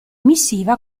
missiva